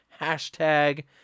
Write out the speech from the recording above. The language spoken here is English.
hashtag